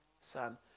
Son